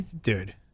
Dude